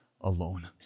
alone